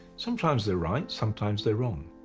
sometimes they're right, sometimes they're wrong,